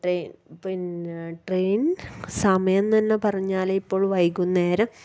train പിന്നെ train സമയം തന്നെ പറഞ്ഞാല് ഇപ്പോൾ വൈകുന്നേരം